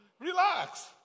relax